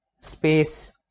space